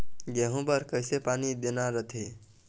गेहूं बर कइसे पानी देना रथे?